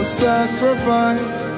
sacrifice